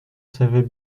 savait